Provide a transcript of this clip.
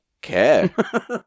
care